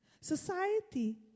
Society